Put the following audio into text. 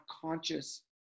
conscious